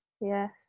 Yes